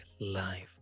life